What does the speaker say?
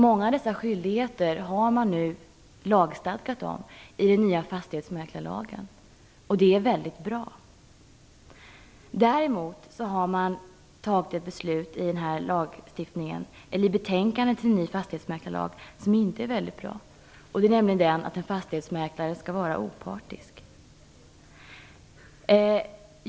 Många av dessa skyldigheter är nu lagstadgade i den nya fastighetsmäklarlagen, och det är väldigt bra. Däremot har man ett förslag i betänkandet till ny fastighetsmäklarlag som inte är så bra, nämligen att en fastighetsmäklare skall vara opartisk.